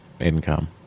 income